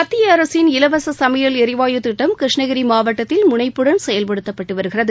மத்திய அரசின் இலவச சமையல் எரிவாயு திட்டம் கிருஷ்ணகிரி மாவட்டத்தில் முனைப்புடன் செயல்படுத்தப்பட்டு வருகிறது